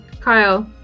Kyle